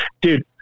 dude